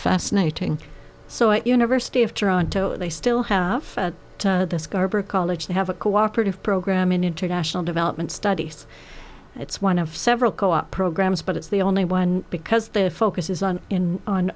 fascinating so at university of toronto they still have this garber college they have a cooperative program in international development studies it's one of several co op programs but it's the only one because their focus is on on o